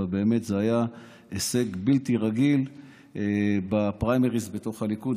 אבל באמת זה היה הישג בלתי רגיל בפריימריז בתוך הליכוד.